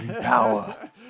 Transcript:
power